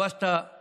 כבש את הבופור,